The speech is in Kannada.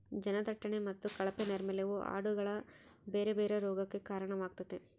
ಜನದಟ್ಟಣೆ ಮತ್ತೆ ಕಳಪೆ ನೈರ್ಮಲ್ಯವು ಆಡುಗಳ ಬೇರೆ ಬೇರೆ ರೋಗಗಕ್ಕ ಕಾರಣವಾಗ್ತತೆ